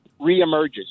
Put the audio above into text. reemerges